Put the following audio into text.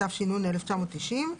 התש"ן-1990.